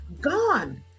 gone